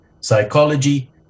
psychology